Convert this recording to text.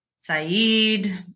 Saeed